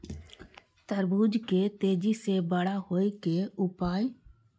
तरबूज के तेजी से बड़ा होय के उपाय?